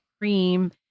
cream